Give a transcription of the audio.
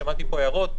ושמעתי פה הערות,